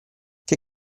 che